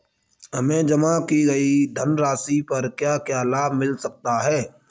हमें जमा की गई धनराशि पर क्या क्या लाभ मिल सकता है?